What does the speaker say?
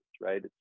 right